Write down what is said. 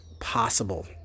possible